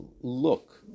look